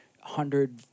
hundred